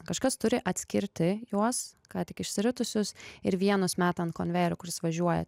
kažkas turi atskirti juos ką tik išsiritusius ir vienus meta an konvejerio kuris važiuoja